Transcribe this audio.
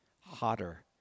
hotter